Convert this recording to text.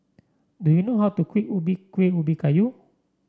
do you know how to Kuih Ubi Kuih Ubi Kayu